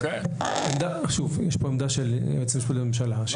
יש כאן עמדה של היועץ המשפטי לממשלה.